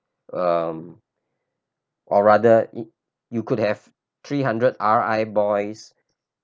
um or rather you could have three hundred R_I boys